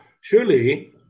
Surely